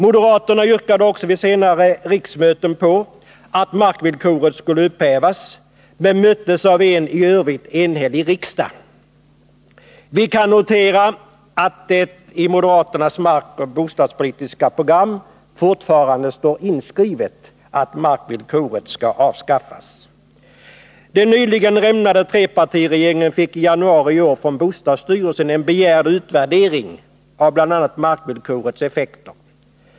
Moderaterna yrkade också vid senare riksmöten att markvillkoret skulle upphävas, men möttes av en i övrigt enhällig riksdag. Vi kan notera att det i moderaternas markoch bostadspolitiska program fortfarande står inskrivet att markvillkoret skall avskaffas. Den nyligen rämnade trepartiregeringen fick i januari i år från bostadsstyrelsen en begärd utvärdering av bl.a. markvillkorets effekter.